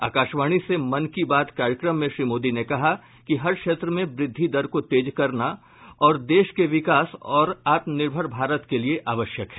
आकाशवाणी से मन की बात कार्यक्रम में श्री मोदी ने कहा कि हर क्षेत्र में वृद्धि दर को तेज करना और देश के विकास और आत्मनिर्भर भारत के लिए आवश्यक है